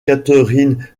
catherine